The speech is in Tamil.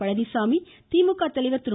பழனிச்சாமி திமுக தலைவர் திரு